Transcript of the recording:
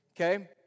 Okay